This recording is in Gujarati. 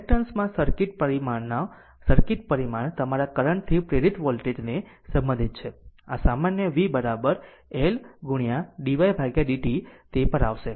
ઇન્ડક્ટન્સ ના સર્કિટ પરિમાણનો સર્કિટ પરિમાણ તમારા કરંટ થી પ્રેરિત વોલ્ટેજ ને સંબંધિત છે આ સામાન્ય v L dy ભાગ્યા dt તે પર આવશે